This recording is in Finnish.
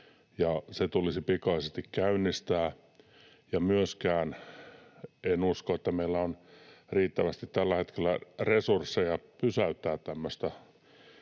se tulisi pikaisesti käynnistää. Myöskään en usko, että meillä on riittävästi tällä hetkellä resursseja pysäyttää tämmöistä